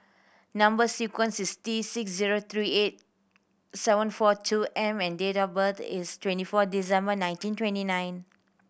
number sequence is T six zero three eight seven four two M and date of birth is twenty four December nineteen twenty nine